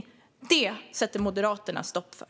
Men det sätter Moderaterna stopp för.